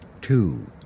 Two